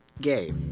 gay